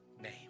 name